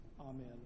Amen